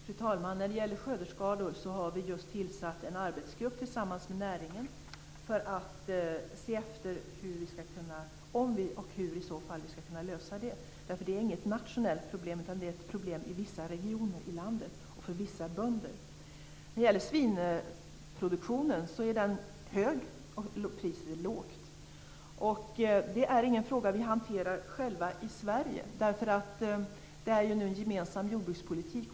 Fru talman! När det gäller skördeskador har vi just tillsatt en arbetsgrupp tillsammans med näringen för att se efter om och i så fall hur vi skall kunna lösa den frågan. Det är inget nationellt problem, utan det är ett problem för vissa regioner i landet och för vissa bönder. Svinproduktionen är hög, och priset är lågt. Det är ingen fråga som vi själva hanterar i Sverige. Det förs ju en gemensam jordbrukspolitik.